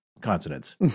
consonants